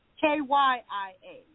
K-Y-I-A